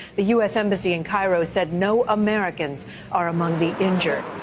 the u s. embassy in cairo said no americans are among the injured.